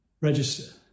register